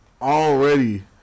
Already